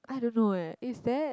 I don't know eh it's that